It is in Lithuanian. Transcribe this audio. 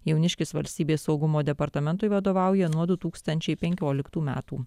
jauniškis valstybės saugumo departamentui vadovauja nuo du tūkstančiai penkioliktų metų